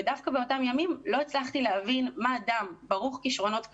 ודווקא באותם ימים לא הצלחתי להבין מה אדם ברוך כישרונות כמוה,